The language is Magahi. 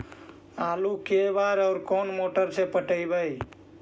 आलू के बार और कोन मोटर से पटइबै?